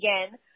again